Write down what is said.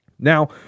Now